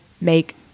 make